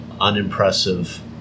unimpressive